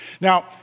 Now